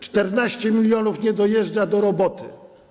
14 mln nie dojeżdża do roboty.